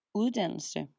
uddannelse